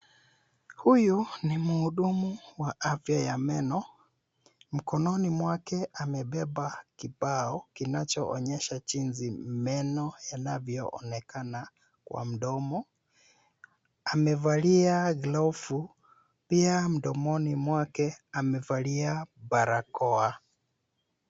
Huyu ni mhudumu wa afya ya meno. Mkononi mwake amebeba kibao kinachoonyesha jinsi meno yanavyoonekana kwa mdomo. Amevalia glavu, pia mdomoni mwake, amevalia barakoa.